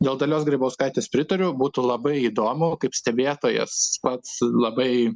dėl dalios grybauskaitės pritariu būtų labai įdomu kaip stebėtojas pats labai